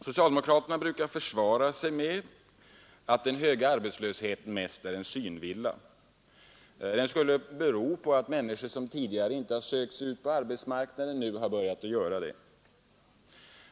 Socialdemokraterna brukar försvara sig med att den höga arbetslösheten mest är en synvilla. Den skulle bero på att människor som tidigare inte har sökt sig ut på arbetsmarknaden nu börjat göra det.